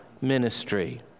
ministry